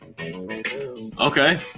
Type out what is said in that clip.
Okay